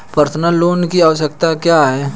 Personal loan की आवश्यकताएं क्या हैं?